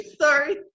Sorry